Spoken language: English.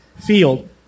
field